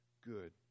good